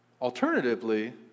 Alternatively